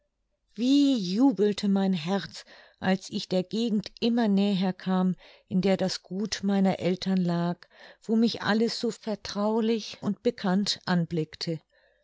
wie jubelte mein herz als ich der gegend immer näher kam in der das gut meiner eltern lag wo mich alles so vertraulich und bekannt anblickte